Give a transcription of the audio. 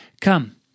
Come